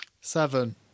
Seven